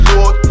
Lord